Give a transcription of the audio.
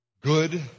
good